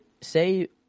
say